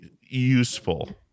useful